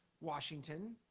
Washington